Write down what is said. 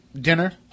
dinner